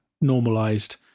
normalized